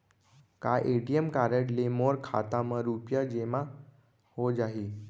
का ATM card ले मोर खाता म रुपिया जेमा हो जाही?